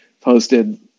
posted